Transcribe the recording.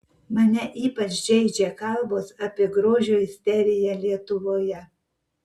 mane ypač žeidžia kalbos apie grožio isteriją lietuvoje